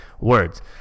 words